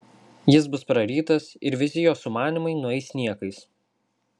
jis bus prarytas ir visi jos sumanymai nueis niekais